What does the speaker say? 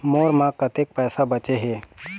मोर म कतक पैसा बचे हे?